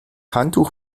handtuch